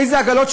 איזה עגלות?